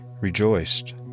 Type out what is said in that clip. rejoiced